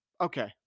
Okay